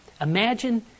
Imagine